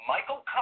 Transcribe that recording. Michael